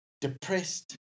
depressed